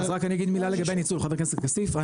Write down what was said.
אז רק אני אגיד מילה לגבי הניצול חבר הכנסת כסיף,